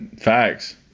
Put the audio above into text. facts